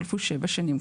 חלפו שבע שנים,